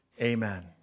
Amen